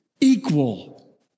equal